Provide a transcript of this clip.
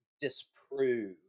disprove